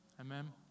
Amen